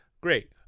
great